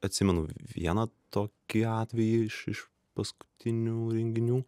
atsimenu vieną tokį atvejį iš iš paskutinių renginių